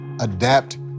adapt